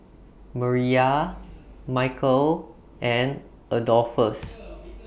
Mariyah Micheal and Adolphus